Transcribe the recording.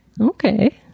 Okay